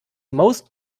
most